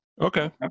Okay